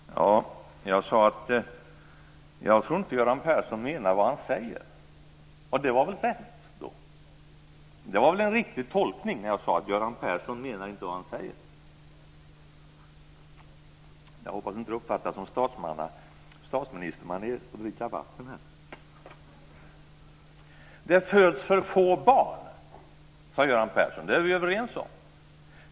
Jag sade att jag inte trodde att Göran Persson menade vad han sade. Och det var väl rätt. Det var väl en riktig tolkning när jag sade att Göran Persson inte menar vad han säger. Jag hoppas att det inte uppfattas som statsministermanér att dricka vatten här. Det föds för få barn, sade Göran Persson. Det är vi överens om.